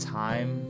time